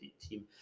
team